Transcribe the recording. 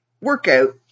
workout